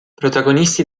protagonisti